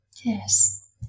yes